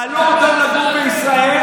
יעלו אותם לגור בישראל,